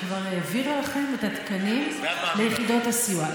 כבר העבירה לכם את התקנים ליחידות הסיוע.